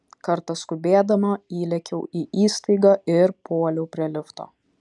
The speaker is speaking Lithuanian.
kartą skubėdama įlėkiau į įstaigą ir puoliau prie lifto